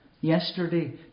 yesterday